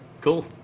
Cool